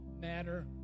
matter